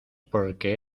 porque